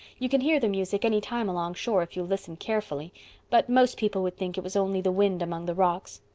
you can hear the music any time along shore if you listen carefully but most people would think it was only the wind among the rocks.